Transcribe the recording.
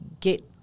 get